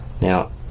now